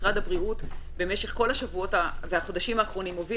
משרד הבריאות במשך כל השבועות והחודשים האחרונים הוביל